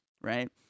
right